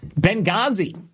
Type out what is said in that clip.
Benghazi